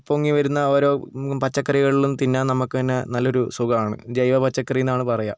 പൊങ്ങി വരുന്ന ഓരോ പച്ചക്കറികളിലും തിന്നാൻ നമ്മൾക്ക് തന്നെ നല്ലൊരു സുഖമാണ് ജൈവ പച്ചക്കറിയെന്നാണ് പറയുക